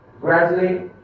gradually